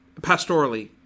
pastorally